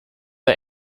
der